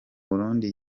burundi